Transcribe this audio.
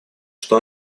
что